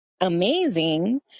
amazing